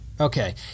Okay